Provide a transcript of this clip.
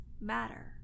matter